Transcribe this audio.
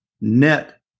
net